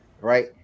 Right